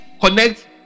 connect